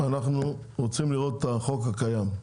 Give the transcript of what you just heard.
אנחנו רומים לראות את החוק הקיים,